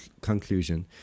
conclusion